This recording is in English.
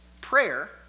prayer